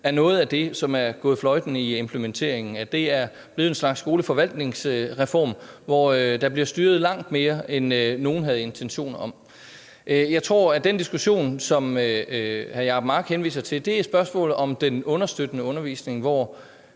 er noget af det, der er gået fløjten i implementeringen. Det er blevet en slags skoleforvaltningsreform, hvor der bliver styret langt mere, end nogen havde intention om. Jeg tror, at den diskussion, som hr. Jacob Mark henviser til, er spørgsmålet om den understøttende undervisning, hvor